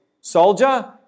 Soldier